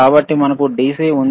కాబట్టి మనకు DC ఉంది